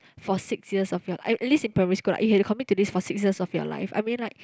for six years of your at least in primary school lah you have to commit to this for six years of your life I mean like